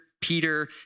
Peter